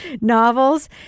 novels